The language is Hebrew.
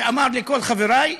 ואמר לכל חברי,